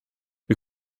wir